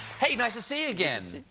hey, nice to see you again.